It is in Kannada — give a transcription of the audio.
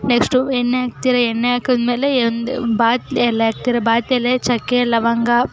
ನೆಕ್ಸ್ಟು ಎಣ್ಣೆ ಹಾಕ್ತೀರ ಎಣ್ಣೆ ಹಾಕಿದ್ಮೇಲೆ ಇದು ಒಂದೇ ಬಾತ್ ಎಲೆ ಹಾಕ್ತೀರ ಬಾತು ಎಲೆ ಚಕ್ಕೆ ಲವಂಗ